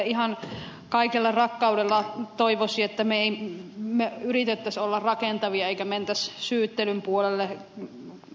ihan kaikella rakkaudella toivoisi että me yrittäisimme olla rakentavia emmekä menisi syyttelyn puolelle